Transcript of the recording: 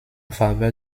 faveur